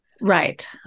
Right